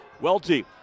Welty